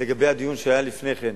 לגבי הדיון שהיה לפני כן.